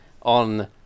on